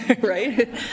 right